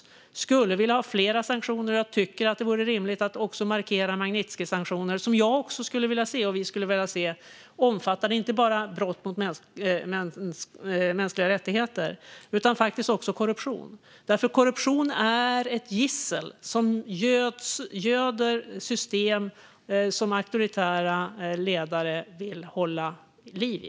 Vi skulle vilja ha fler sanktioner, och jag tycker att det vore rimligt att också markera Magnitskijsanktioner, som jag och vi skulle vilja se omfattade inte bara brott mot mänskliga rättigheter utan även korruption, som är ett gissel och som göder system som auktoritära ledare vill hålla liv i.